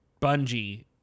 bungie